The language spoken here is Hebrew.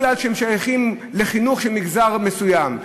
מפני שהם שייכים לחינוך של מגזר מסוים.